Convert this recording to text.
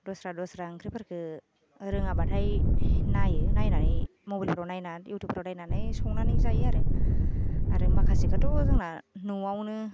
द'स्रा द'स्रा ओंख्रिफोरखो रोङाबाथाय नायो नायनानै मबाइलफ्राव नायना युउथुबफोराव नायनानै संनानै जायो आरो आरो माखासेखौथ' जोंना न'आवनो